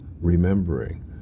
remembering